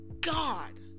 God